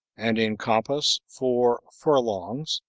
and in compass four furlongs,